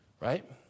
Right